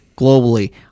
globally